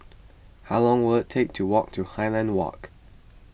how long will it take to walk to Highland Walk